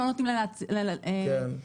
לא נותנים להם להיכנס,